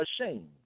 ashamed